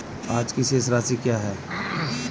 आज की शेष राशि क्या है?